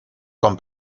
con